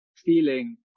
feeling